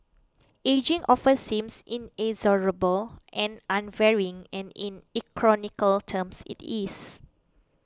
ageing often seems inexorable and unvarying and in E chronical terms it is